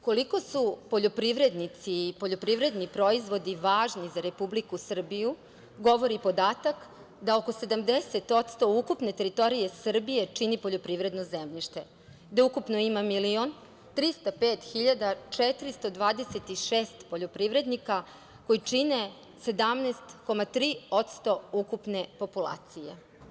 Koliko su poljoprivrednici i poljoprivredni proizvodi važni za Republiku Srbiju govori i podatak da oko 70% ukupne teritorije Srbije čini poljoprivredno zemljište, da ukupno ima 1.305.426 poljoprivrednika koji čine 17,3% ukupne populacije.